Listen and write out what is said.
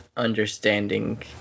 understanding